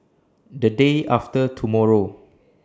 The Day after tomorrow